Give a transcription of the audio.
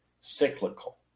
cyclical